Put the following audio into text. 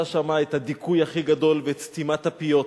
שם את הדיכוי הכי גדול ואת סתימת הפיות.